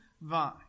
vine